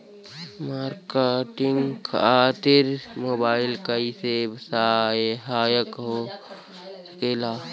Marketing खातिर mobile कइसे सहायक हो सकेला?